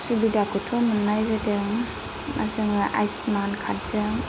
सुबिदाखौथ' मोननाय जादों आरो जोंहा आयुस्मान कार्डजों